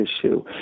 issue